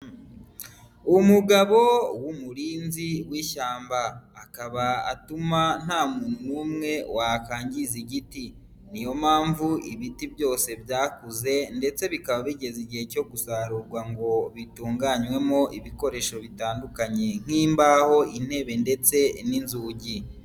Umugabo w'umurinzi w'ishyamba, akaba atuma nta muntu n'umwe wakangiza igiti, ni yo mpamvu ibiti byose byakuze ndetse bikaba bigeze igihe cyo gusarurwa ngo bitunganywemo ibikoresho bitandukanye, nk'imbaho ,intebe ndetse n'inzugi.